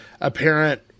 apparent